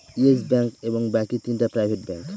yes Bank এবং বাকি তিনটা প্রাইভেট ব্যাঙ্ক